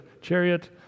chariot